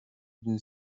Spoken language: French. d’une